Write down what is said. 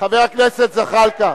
חבר הכנסת זחאלקה.